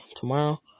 tomorrow